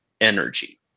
energy